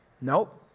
Nope